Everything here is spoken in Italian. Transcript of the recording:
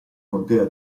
contea